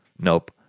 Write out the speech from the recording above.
nope